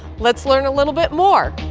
let's learn a little bit more.